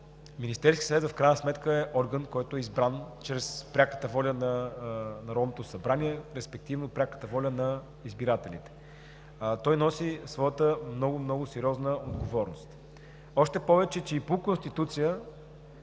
Министерският съвет в крайна сметка е орган, който е избран чрез пряката воля на Народното събрание, респективно пряката воля на избирателите. Той носи своята много, много сериозна отговорност, още повече че и по Конституция